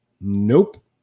nope